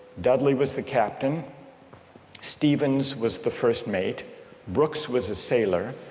dudley was the captain stephens was the first mate brooks was a sailor,